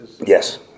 Yes